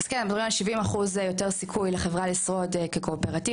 אז כן מדברים על 70% יותר סיכוי לחברה לשרוד כקואופרטיב.